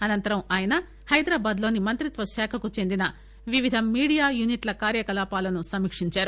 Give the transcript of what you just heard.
అనంతరం ఆయన హైదరాబాద్ లోని మంత్రిత్వశాఖకు చెందిన వివిధ మీడియా యూనిట్ల కార్యకలాపాలను సమీక్షించారు